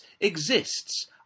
exists